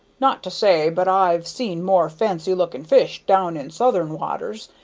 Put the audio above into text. not to say but i've seen more fancy-looking fish down in southern waters,